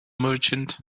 merchant